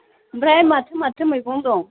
ओमफ्राय माथो माथो मैगं दं